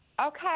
Okay